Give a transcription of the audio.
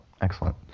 excellent